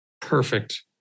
Perfect